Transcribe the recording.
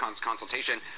consultation